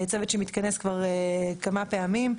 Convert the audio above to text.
צוות שמתכנס כבר כמה פעמים.